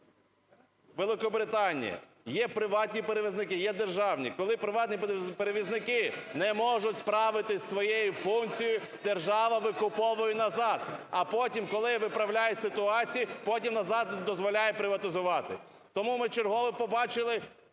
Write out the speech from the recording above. Великобританія: є приватні перевізники, є державні, коли приватний перевізники не можуть справитися із своєю функцією – держава викуповує назад, а потім, коли виправляють ситуацію – потім назад дозволяє приватизувати. Тому ми вчергове побачили